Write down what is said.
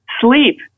sleep